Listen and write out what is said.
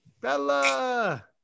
Bella